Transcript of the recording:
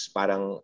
parang